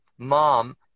mom